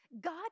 God